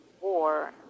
war